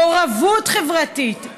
מעורבות חברתית,